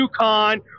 UConn